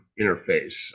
interface